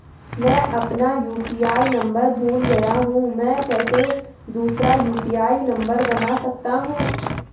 मैं अपना UPI number भूल गया हूँ मैं कैसे दूसरा यु.पी.आई नम्बर बना सकता हूँ?